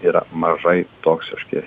yra mažai toksiški